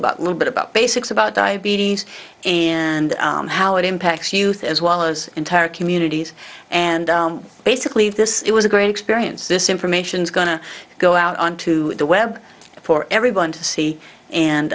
about little bit about basics about diabetes and how it impacts youth as well as entire communities and basically this it was a great experience this information is going to go out onto the web for everyone to see